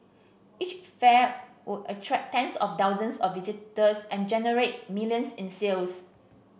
each fair would attract tens of thousands of visitors and generate millions in sales